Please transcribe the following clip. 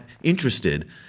interested